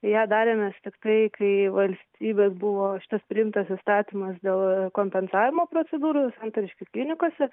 ją darėmės tiktai kai valstybės buvo šitas priimtas įstatymas dėl kompensavimo procedūrų santariškių klinikose